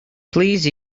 please